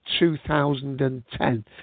2010